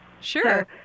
Sure